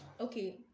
okay